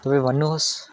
तपाईँ भन्नुहोस्